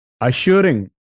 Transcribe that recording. assuring